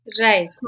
Right